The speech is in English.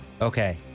Okay